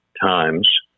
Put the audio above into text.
times